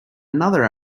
another